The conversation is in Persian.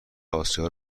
آسیا